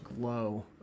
glow